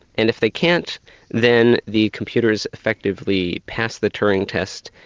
and if they can't then the computer's effectively passed the turing test,